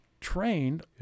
trained